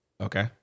Okay